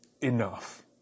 enough